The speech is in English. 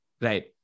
right